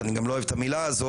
ואני גם לא אוהב את המילה הזאת,